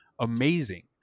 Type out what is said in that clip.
amazing